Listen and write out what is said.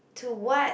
to what